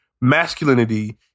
masculinity